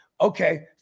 okay